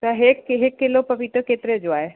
त हिकु हिकु किलो पपीतो केतिरे जो आहे